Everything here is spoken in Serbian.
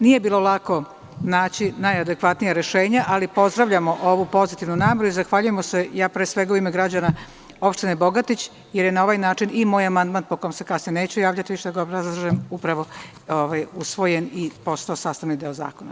Nije bilo lako naći najadekvatnija rešenja, ali pozdravljamo ovu pozitivnu nameru i zahvaljujemo se, ja pre svega u ime građana opštine Bogatić, jer je na ovaj način i moj amandman, po kom se kasnije neću javljati više da ga obrazlažem, upravo usvojen i postao sastavni deo zakona.